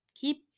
Keep